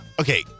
Okay